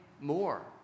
more